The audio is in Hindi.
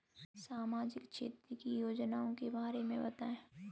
सामाजिक क्षेत्र की योजनाओं के बारे में बताएँ?